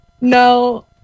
No